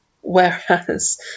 Whereas